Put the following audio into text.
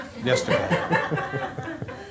yesterday